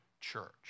church